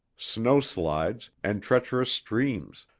snow slides, and treacherous streams,